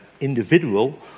individual